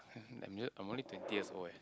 I knew it I'm only twenty years old eh